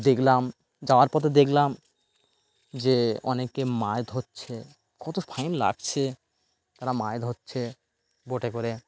দেখলাম যাওয়ার পথে দেখলাম যে অনেকে মাছ ধরছে কত ফাইন লাগছে তারা মাছ ধরছে বোটে করে